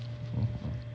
mmhmm